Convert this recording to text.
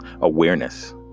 awareness